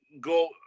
go –